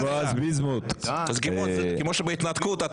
כמו בהתנתקות.